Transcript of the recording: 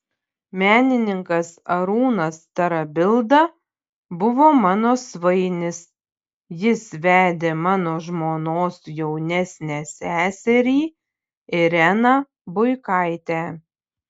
menininkas arūnas tarabilda buvo mano svainis jis vedė mano žmonos jaunesnę seserį ireną buikaitę